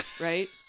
right